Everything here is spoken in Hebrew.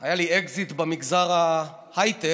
היה לי אקזיט במגזר ההייטק.